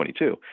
2022